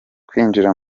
kwinjira